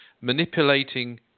manipulating